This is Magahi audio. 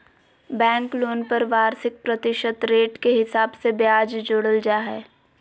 बैंक लोन पर वार्षिक प्रतिशत रेट के हिसाब से ब्याज जोड़ल जा हय